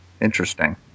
Interesting